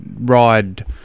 ride